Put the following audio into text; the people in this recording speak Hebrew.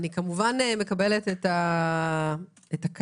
כמובן מקבלת את הכעס,